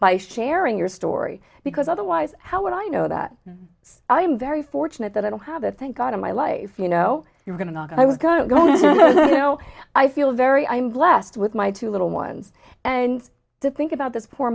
by sharing your story because otherwise how would i know that i'm very fortunate that i don't have a thank god in my life you know you're going to knock i was going to go to the no i feel very i'm blessed with my two little ones and to think about this poor